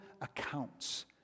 accounts